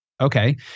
Okay